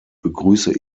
begrüße